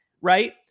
right